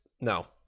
no